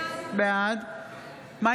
בעד מאי